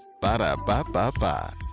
Ba-da-ba-ba-ba